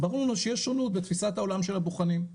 ברור שיש שונות בתפיסת העולם של הבוחנים,